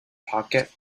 pocket